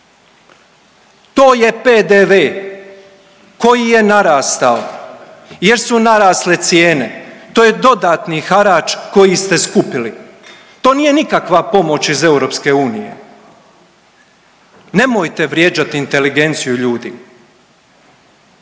To je PDV koji je narastao jer su narasle cijene, to je dodatni harač koji ste skupili. To je nikakva pomoć iz EU. Nemojte vrijeđati inteligenciju ljudi.